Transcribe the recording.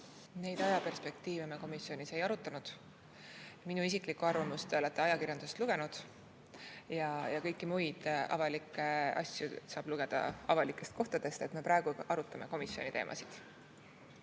Neid ajaperspektiive me komisjonis ei arutanud. Minu isiklikku arvamust te olete ajakirjandusest lugenud ja kõiki muid avalikke asju saab lugeda avalikest kohtadest. Me praegu arutame komisjoni teemasid.